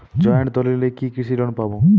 Joint দলিলে কি কৃষি লোন পাব?